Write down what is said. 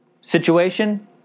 situation